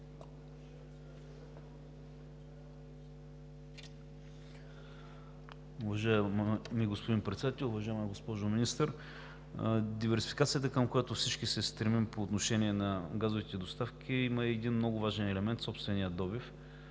диверсификацията към която всички се стремим по отношение на газовите доставки, има един много важен елемент – собственият добив.